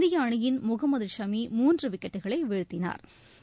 இந்திய அணியின் முகமது ஷமி மூன்று விக்கெட்டுகளை வீழ்த்தினாா்